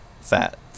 fat